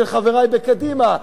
של חברי בקדימה,